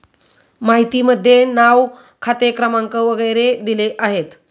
माहितीमध्ये नाव खाते क्रमांक वगैरे दिले आहेत